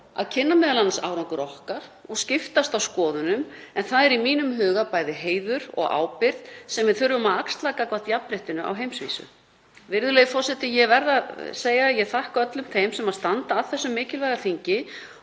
að kynna m.a. árangur okkar og skiptast á skoðunum. Það er í mínum huga bæði heiður og ábyrgð sem við þurfum að axla gagnvart jafnréttinu á heimsvísu. Virðulegi forseti. Ég þakka öllum þeim sem standa að þessu mikilvæga þingi